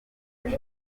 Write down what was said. gace